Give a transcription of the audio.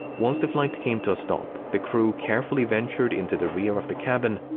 once the flight came to a stop, the crew carefully ventured into the rear of the cabin,